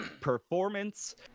performance